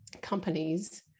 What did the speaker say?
companies